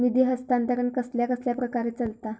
निधी हस्तांतरण कसल्या कसल्या प्रकारे चलता?